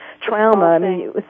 trauma